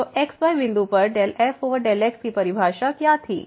तो x y बिंदु पर ∂f∂x की परिभाषा क्या थी